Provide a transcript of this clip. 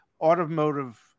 automotive